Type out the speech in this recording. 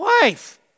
wife